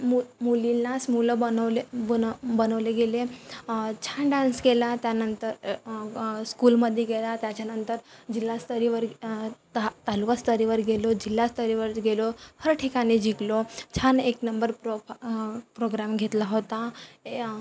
मु मुलींनाच मुलं बनवले बनव बनवले गेले छान डान्स केला त्यानंतर स्कूलमध्ये केला त्याच्यानंतर जिल्हास्तरीयवर ता तालुकास्तरीयवर गेलो जिल्हास्तरीयवर गेलो हर ठिकाणी जिंकलो छान एक नंबर प्रोप प्रोग्राम घेतला होता ए